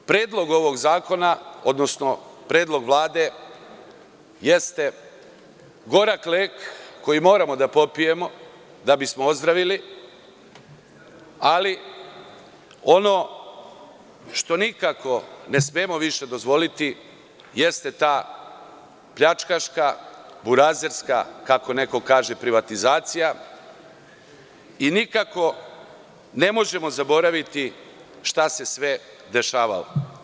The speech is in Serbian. Predlog ovog zakona, odnosno Vlade jeste gorak lek koji moramo da popijemo da bismo ozdravili, ali ono što nikako ne smemo više dozvoliti jeste ta pljačkaška, burazerska, kako neko kaže, privatizacija i nikako ne možemo zaboraviti šta se sve dešavalo.